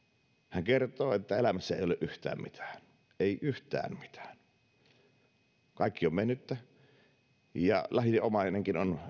hän kertoo että elämässä ei ole yhtään mitään ei yhtään mitään kaikki on mennyttä ja lähin omainenkin on